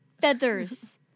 Feathers